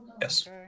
yes